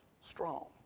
strong